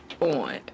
on